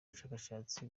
ubushakashatsi